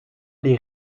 les